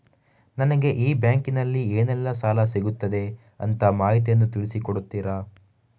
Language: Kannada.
ನನಗೆ ಈ ಬ್ಯಾಂಕಿನಲ್ಲಿ ಏನೆಲ್ಲಾ ಸಾಲ ಸಿಗುತ್ತದೆ ಅಂತ ಮಾಹಿತಿಯನ್ನು ತಿಳಿಸಿ ಕೊಡುತ್ತೀರಾ?